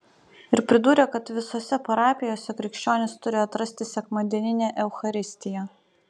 ir pridūrė kad visose parapijose krikščionys turi atrasti sekmadieninę eucharistiją